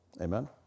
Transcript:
Amen